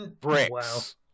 bricks